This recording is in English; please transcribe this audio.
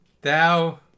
Thou